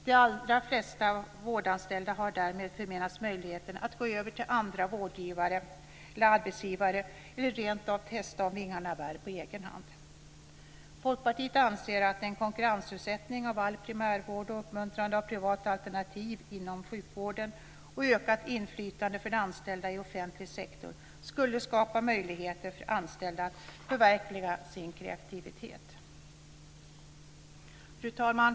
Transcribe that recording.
De allra flesta vårdanställda har därmed förmenats möjligheten att gå över till andra vårdgivare eller arbetsgivare eller rent av testa om vingarna bär på egen hand. Folkpartiet anser att en konkurrensutsättning av all primärvård och uppmuntrande av privata alternativ inom sjukvården och ökat inflytande för de anställda i offentlig sektor skulle skapa möjligheter för anställda att förverkliga sin kreativitet. Fru talman!